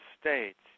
states